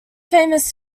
famous